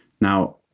Now